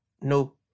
no